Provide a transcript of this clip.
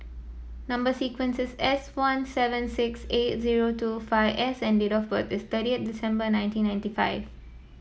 number sequence is S one seven six eight zero two five S and date of birth is thirtieth December nineteen ninety five